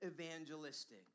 evangelistic